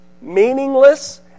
meaningless